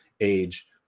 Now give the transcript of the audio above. age